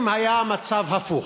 אם היה המצב הפוך,